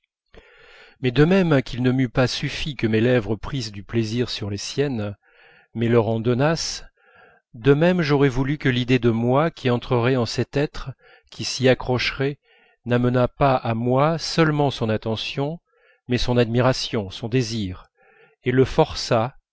mais de même qu'il ne m'eût pas suffi que mes lèvres prissent du plaisir sur les siennes mais leur en donnassent de même j'aurais voulu que l'idée de moi qui entrerait en cet être qui s'y accrocherait n'amenât pas à moi seulement son attention mais son admiration son désir et le forçât